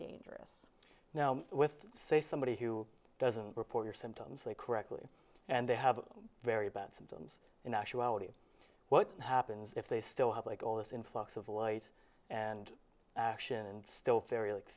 dangerous now with say somebody who doesn't report your symptoms they correctly and they have very bad symptoms in actuality what happens if they still have like all this influx of voids and action and still very